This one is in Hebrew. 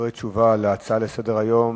דברי תשובה להצעה לסדר-היום,